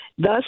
Thus